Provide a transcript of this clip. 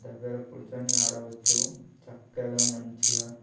ఒక దగ్గర కూర్చొని ఆడవచ్చు చక్కగా మంచిగా